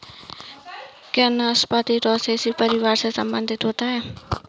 क्या नाशपाती रोसैसी परिवार से संबंधित पौधा होता है?